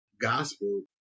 gospel